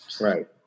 Right